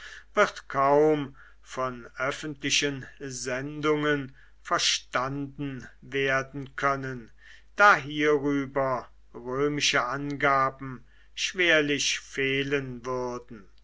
wird kaum von öffentlichen sendungen verstanden werden können da hierüber römische angaben schwerlich fehlen würden